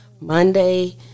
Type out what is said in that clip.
Monday